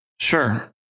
Sure